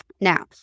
now